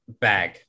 bag